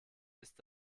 ist